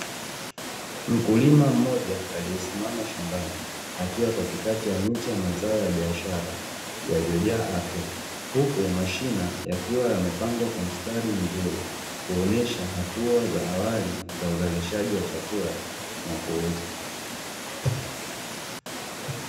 Mkulima mmoja aliyesimama shambani, akiwa katikati ya miche ya mazao ya biashara yaliyojaa afya, huku mashina yakiwa yamepangwa kwa mstari mzuri kuonyesha hatua za awali za uzalishaji wa chakula na kuuza.